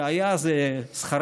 והיה זה שכרנו.